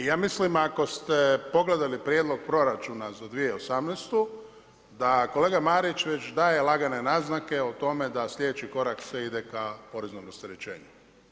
I ja mislim ako ste pogledali prijedlog proračuna za 2018. da kolega Marić već daje lagane naznake da sljedeći korak sve ide kao poreznom rasterećenju.